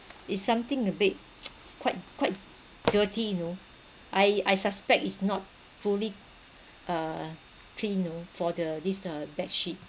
it's something a bit quite quite dirty you know I I suspect it's not fully uh cleaned you know for the this uh bed sheet